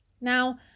Now